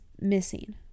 missing